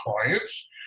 clients